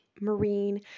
marine